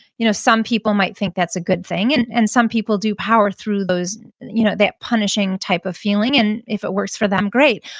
you know some people might think that's a good thing, and and some people do power through you know that punishing type of feeling. and if it works for them, great.